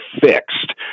fixed